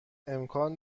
امکان